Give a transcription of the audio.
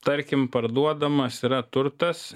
tarkim parduodamas yra turtas